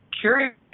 curious